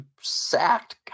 sacked